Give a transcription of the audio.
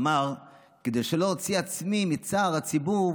אמר: כדי שלא אוציא עצמי מצער הציבור",